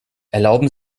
erlauben